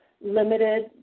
limited